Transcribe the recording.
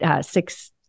six